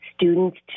students